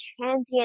transient